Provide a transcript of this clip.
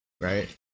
Right